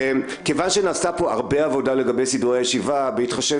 כיוון שנעשתה פה הרבה עבודה על סידורי הישיבה בהתחשב